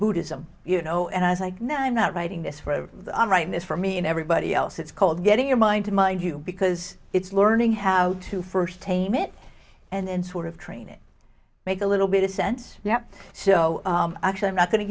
buddhism you know and i was like no i'm not writing this for the right this for me and everybody else it's called getting your mind to mind you because it's learning how to first tame it and sort of train it make a little bit of sense now so actually i'm not going to